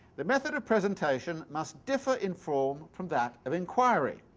the method of presentation must differ in form from that of inquiry.